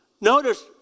Notice